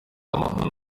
amahano